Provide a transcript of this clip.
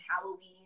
Halloween